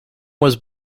was